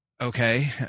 okay